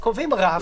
קובעים רף.